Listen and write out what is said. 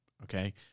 Okay